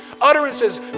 utterances